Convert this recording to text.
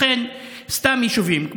סתם יישובים,